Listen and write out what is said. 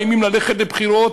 מאיימים ללכת לבחירות?